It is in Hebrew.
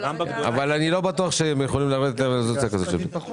אני לא בטוח שהם יכולים לרדת לרזולוציה כזאת.